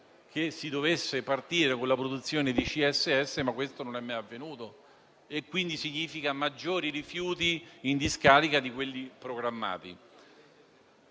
che si dovesse partire con la produzione di CSS, ma questo non è mai avvenuto e ciò significa maggiori rifiuti in discarica rispetto a quelli programmati.